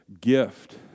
gift